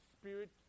Spirit